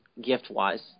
gift-wise